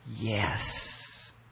Yes